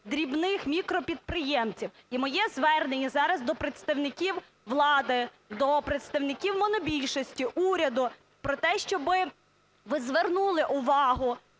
дрібних, мікропідприємців. І моє звернення зараз до представників влади, до представників монобільшості, уряду про те, щоб ви звернули увагу